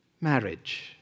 marriage